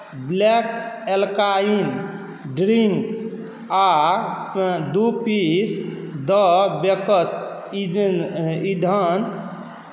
black alkaline drink आ दू piece the bakers Eden Eden